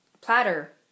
Platter